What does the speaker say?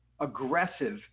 aggressive